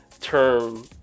term